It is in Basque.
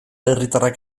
herritarrak